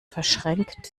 verschränkt